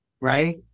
right